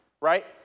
right